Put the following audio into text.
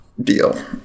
deal